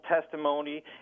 testimony